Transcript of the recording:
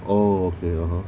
oh okay lah hor